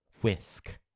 whisk